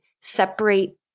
separate